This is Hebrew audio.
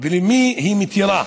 ולמי היא מתירה?